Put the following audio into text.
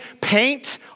paint